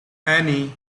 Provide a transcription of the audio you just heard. anne